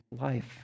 life